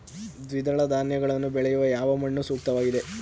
ದ್ವಿದಳ ಧಾನ್ಯಗಳನ್ನು ಬೆಳೆಯಲು ಯಾವ ಮಣ್ಣು ಸೂಕ್ತವಾಗಿದೆ?